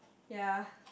ya